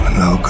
no